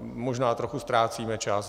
Možná trochu ztrácíme čas.